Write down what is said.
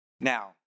Now